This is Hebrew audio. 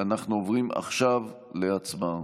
אנחנו עוברים עכשיו להצבעה.